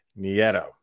Nieto